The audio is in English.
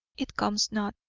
it comes not,